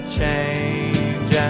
change